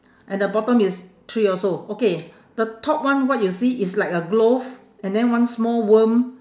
and the bottom is three also okay the top one what you see is like a glove and then one small worm